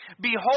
Behold